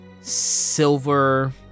silver